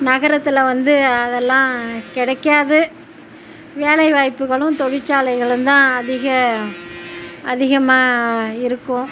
நகரத்தில் வந்து அதெல்லாம் கிடைக்காது வேலை வாய்ப்புகளும் தொழியிற்ச்சாலைகள் தான் அதிக அதிகமாக இருக்கும்